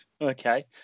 Okay